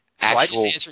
actual